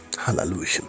Hallelujah